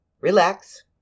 relax